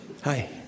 Hi